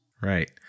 Right